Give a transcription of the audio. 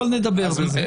אבל נדבר על זה.